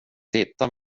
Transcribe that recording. titta